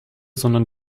sondern